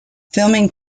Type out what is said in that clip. filming